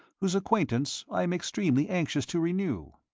whose acquaintance i am extremely anxious to renew.